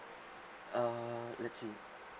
err let's see